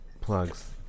plugs